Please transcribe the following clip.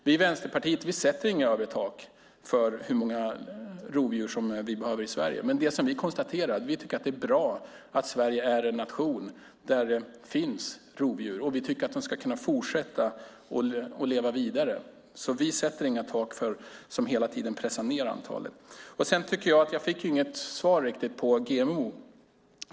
Vi i Vänsterpartiet sätter inga tak för hur många rovdjur vi behöver i Sverige, men vi konstaterar att vi tycker att det är bra att Sverige är en nation där det finns rovdjur, och vi tycker att de ska kunna leva vidare. Därför sätter vi inga tak som hela tiden pressar ned antalet. Jag tycker inte att jag fick något riktigt svar på frågan om GMO.